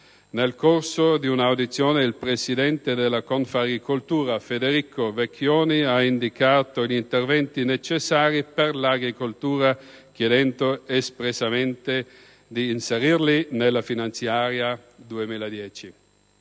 Nel corso di un'audizione il presidente della Confagricoltura, Federico Vecchioni, ha indicato gli interventi necessari per l'agricoltura, chiedendo espressamente di inserirli nella finanziaria 2010.